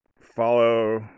follow